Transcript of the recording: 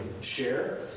share